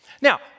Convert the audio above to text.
Now